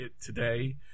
today